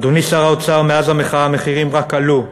אדוני שר האוצר, מאז המחאה המחירים רק עלו,